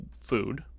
food